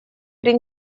при